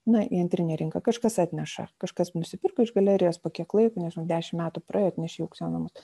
na į antrinę rinką kažkas atneša kažkas nusipirko iš galerijos po kiek laiko nežinau dešimt metų praėjo atnešė į aukciono manus